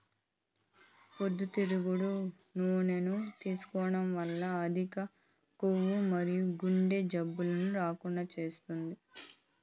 పొద్దుతిరుగుడు నూనెను తీసుకోవడం వల్ల అధిక కొవ్వు మరియు గుండె జబ్బులను రాకుండా చేస్తాది